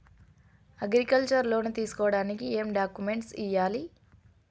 Agriculture loan తీసుకోడానికి ఏం డాక్యుమెంట్లు ఇయ్యాలి?